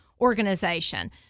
organization